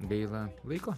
gaila laiko